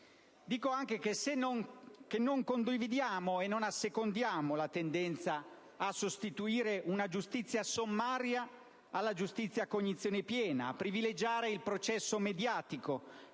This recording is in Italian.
Dico anche che non condividiamo e non assecondiamo la tendenza a sostituire una giustizia sommaria alla giustizia a cognizione piena, a privilegiare il processo mediatico,